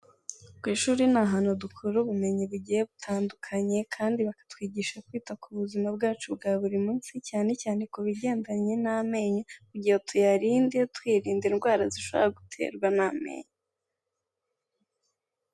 Ku ishuri ni ahantu dukura ubumenyi bugiye butandukanye kandi bakatwigisha kwita ku buzima bwacu bwa buri munsi cyane cyane ku bigendanye n'amenyo kugira tuyarinde, twirinda indwara zishobora guterwa n'amenyo.